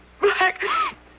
black